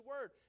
word